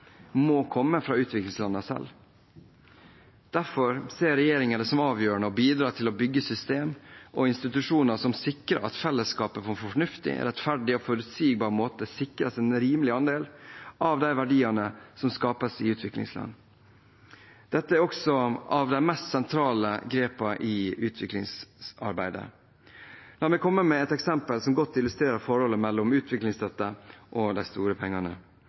må komme fra utviklingslandene selv. Derfor ser regjeringen det som avgjørende å bidra til å bygge systemer og institusjoner som sikrer at fellesskapet på en fornuftig, rettferdig og forutsigbar måte sikres en rimelig andel av de verdiene som skapes i utviklingsland. Dette er også et av de mest sentrale grepene i utviklingsarbeidet. La meg få komme med et eksempel som godt illustrerer forholdet mellom utviklingsstøtte og de store pengene.